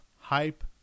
hype